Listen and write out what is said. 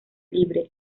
libre